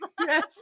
yes